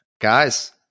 guys